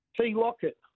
T-Lockett